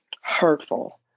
hurtful